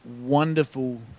wonderful